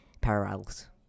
parallels